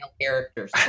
characters